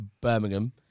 Birmingham